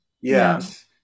Yes